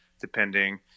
depending